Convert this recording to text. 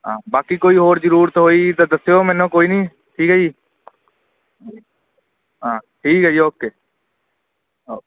ਹਾਂ ਬਾਕੀ ਕੋਈ ਹੋਰ ਜ਼ਰੂਰਤ ਹੋਈ ਤਾਂ ਦੱਸਿਓ ਮੈਨੂੰ ਕੋਈ ਨਹੀਂ ਠੀਕ ਹੈ ਜੀ ਹਾਂ ਠੀਕ ਹੈ ਜੀ ਓਕੇ ਓਕੇ